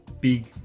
big